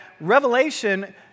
Revelation